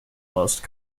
most